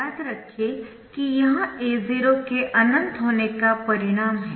याद रखें यह A0 के अनंत होने का परिणाम है